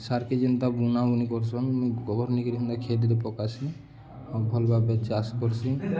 ସାର୍କେ ଯେନ୍ତା ବୁନା ବୁନି କରୁସନ୍ ମୁଇଁ ଗୋଭର ନେଇକିରି ହେନ୍ତା କେତେରେ ପକାସି ଭଲ୍ ଭବେ ଚାଷ କରସି